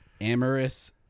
amorous